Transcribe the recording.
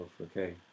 okay